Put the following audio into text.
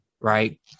Right